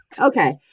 Okay